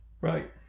Right